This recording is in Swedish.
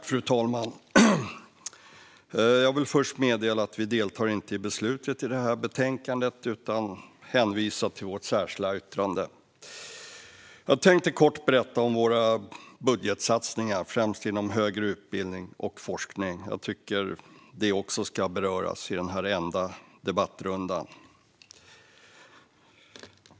Fru talman! Låt mig först meddela att vi inte deltar i beslutet utan hänvisar till vårt särskilda yttrande. Jag ska kort berätta om våra budgetsatsningar inom främst högre utbildning och forskning. Jag tycker att det också ska beröras i denna enda debattrunda.